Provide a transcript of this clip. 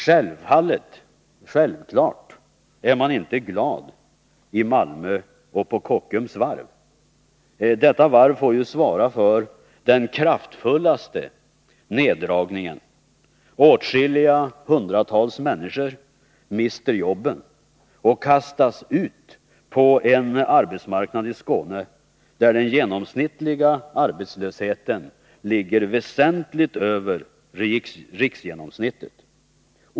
Självfallet är man inte glad i Malmö och på Kockums varv. Detta varv får ju svara för den kraftigaste neddragningen. Åtskilliga hundratal människor mister jobben och kastas ut på en arbetsmarknad i Skåne där den genomsnittliga arbetslösheten ligger väsentligt över riksgenomsnittet.